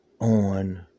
on